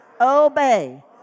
obey